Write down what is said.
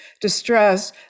distress